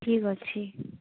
ଠିକ ଅଛି